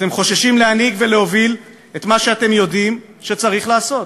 אתם חוששים להנהיג ולהוביל את מה שאתם יודעים שצריך לעשות,